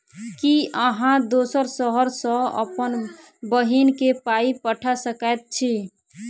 की अहाँ दोसर शहर सँ अप्पन बहिन केँ पाई पठा सकैत छी?